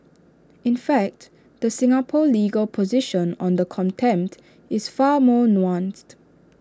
in fact the Singapore legal position on the contempt is far more nuanced